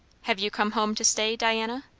hev' you come home to stay, diana?